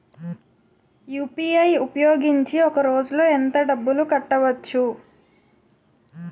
UPI ఉపయోగించి ఒక రోజులో ఎంత డబ్బులు కట్టవచ్చు?